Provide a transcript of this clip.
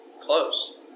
close